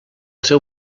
seu